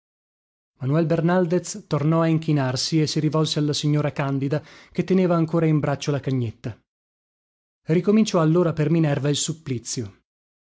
par manuel bernaldez tornò a inchinarsi e si rivolse alla signora candida che teneva ancora in braccio la cagnetta ricominciò allora per minerva il supplizio